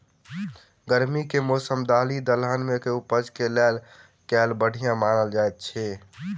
गर्मी केँ मौसम दालि दलहन केँ उपज केँ लेल केल बढ़िया मानल जाइत अछि?